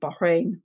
Bahrain